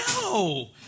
no